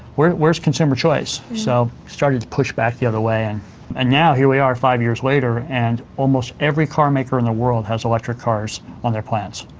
where's where's consumer choice? so it started to push back the other way. and and now here we are five years later and almost every car maker in the world has electric cars on their plants.